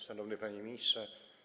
Szanowny Panie Ministrze!